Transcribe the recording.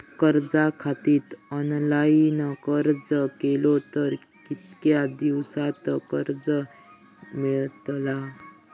कर्जा खातीत ऑनलाईन अर्ज केलो तर कितक्या दिवसात कर्ज मेलतला?